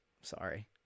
Sorry